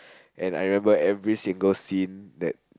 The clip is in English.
and I remember every single scene that